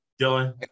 Dylan